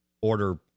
order